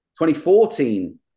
2014